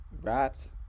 wrapped